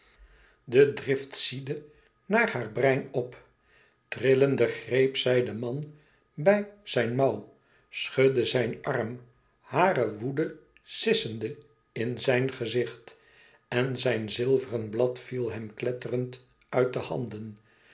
de drift ziedde naar haar brein op trillende greep zij den man bij zijn mouw schudde zijn arm hare woede sissende in zijn gezicht en zijn zilveren blad viel hem kletterend uit de handen